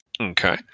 Okay